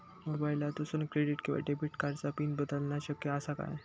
मोबाईलातसून क्रेडिट किवा डेबिट कार्डची पिन बदलना शक्य आसा काय?